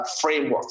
framework